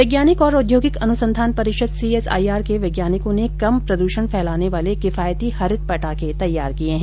वैज्ञानिक तथा औद्योगिक अनुसंधान परिषद सीएसआईआर के वैज्ञानिकों ने कम प्रद्षण फैलाने वाले किफायती हरित पटाखे तैयार किए हैं